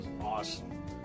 awesome